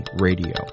Radio